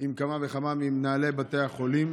עם כמה וכמה ממנהלי בתי החולים.